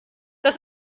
das